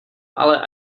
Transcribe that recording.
ale